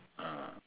ah